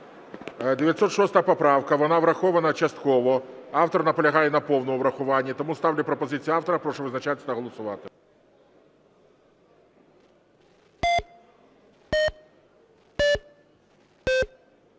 906 поправка. Вона врахована частково. Автор наполягає на повному врахуванні. Тому ставлю пропозицію автора. Прошу визначатися та голосувати.